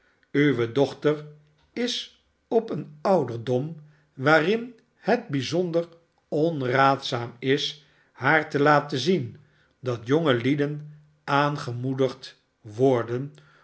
uwe dochter is op een ouderdom waarin het bijzonder onraadzaam is haar te laten zien dat jonge lieden aangemoedigd worden